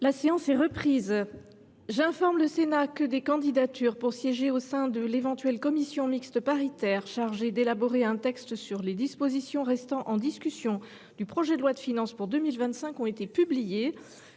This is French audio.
La séance est reprise. J’informe le Sénat que des candidatures pour siéger au sein de l’éventuelle commission mixte paritaire chargée d’élaborer un texte sur les dispositions restant en discussion du projet de loi de finances pour 2025 ont été publiées.